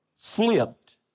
Flipped